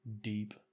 deep